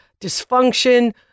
dysfunction